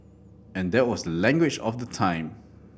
and that was the language of the time